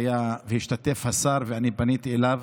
השתתף השר, ואני פניתי אליו,